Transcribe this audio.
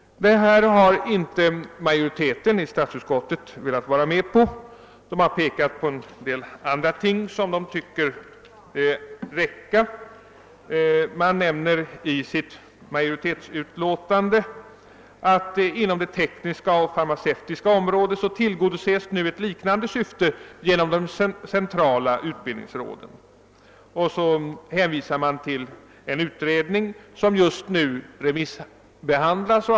Men detta har majoriteten i statsutskottet inte velat vara med om. Man har framhållit en del andra ting som görs och som man tycker räcker. I majoritetens utlåtande åberopas bl.a. att ett liknande syfte på det tekniska och farmaceutiska området tillgodoses genom de centrala utbildningsråden. Vidare hänvisar man till en utredning om samma frågor som just nu remissbehandlas.